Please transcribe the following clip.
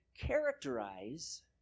characterize